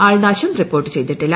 ആൾനാശം report ചെയ്തിട്ടില്ല